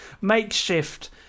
makeshift